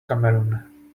cameroon